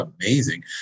amazing